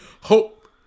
hope